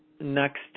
next